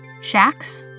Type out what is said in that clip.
shacks